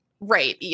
Right